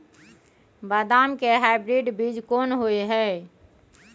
बदाम के हाइब्रिड बीज कोन होय है?